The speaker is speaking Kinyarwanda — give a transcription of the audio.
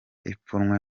ipfunwe